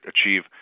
achieve